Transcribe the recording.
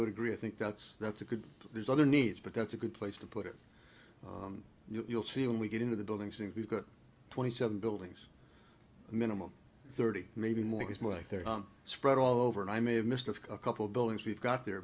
would agree i think that's that's a good there's other needs but that's a good place to put it and you'll see when we get into the buildings and we've got twenty seven buildings minimum thirty maybe more he's more like they're spread all over and i may have missed a couple of buildings we've got the